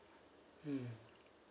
mm